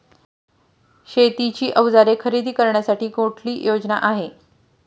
शेतीची अवजारे खरेदी करण्यासाठी कुठली योजना आहे?